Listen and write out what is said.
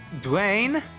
Dwayne